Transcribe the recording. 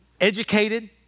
educated